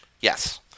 Yes